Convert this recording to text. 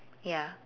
ya